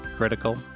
critical